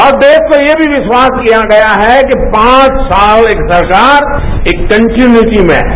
और देश को ये भी विश्वास दिया गया है कि पांच साल एक सरकार एक कन्टीन्यूटी में है